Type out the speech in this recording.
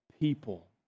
people